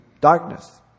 darkness